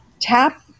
tap